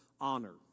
honor